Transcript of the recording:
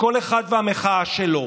כל אחד והמחאה שלו.